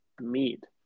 meat